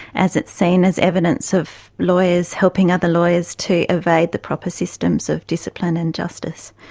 as it's seen as evidence of lawyers helping other lawyers to evade the proper systems of discipline and justice.